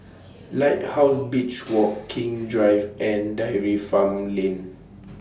Lighthouse Beach Walk King's Drive and Dairy Farm Lane